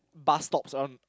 bus stops around